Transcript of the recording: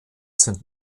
sind